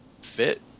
fit